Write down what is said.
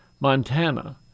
Montana